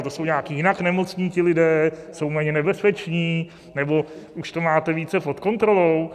To jsou nějak jinak nemocní ti lidé, jsou méně nebezpeční, nebo už to máte více pod kontrolou?